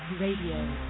Radio